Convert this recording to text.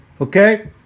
Okay